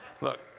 look